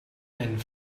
and